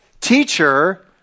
Teacher